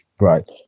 Right